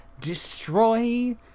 destroy